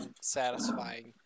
satisfying